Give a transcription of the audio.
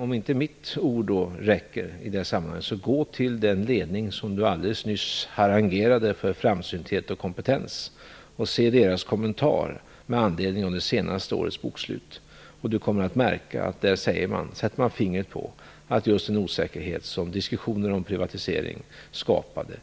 Om inte mitt ord räcker i det här sammanhanget kan Stig Bertilsson gå till den ledning som han alldeles nyss harangerade för framsynthet och kompetens och se deras kommentar med anledning av det senaste årets bokslut. Han kommer då att märka att man där sätter fingret på just den osäkerhet som diskussionen om privatisering skapade